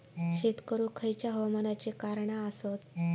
शेत करुक खयच्या हवामानाची कारणा आसत?